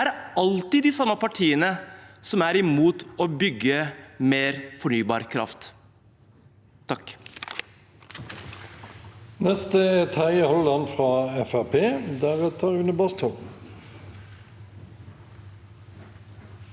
alltid er de samme partiene som er imot å bygge mer fornybar kraft. Terje